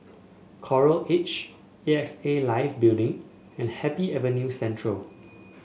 Coral Edge A X A Life Building and Happy Avenue Central